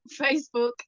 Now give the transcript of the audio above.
Facebook